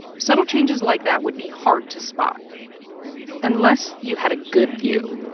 subtle changes like that would be hard to spot unless you had a good view.